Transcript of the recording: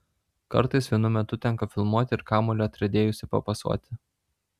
kartais vienu metu tenka filmuoti ir kamuolį atriedėjusį papasuoti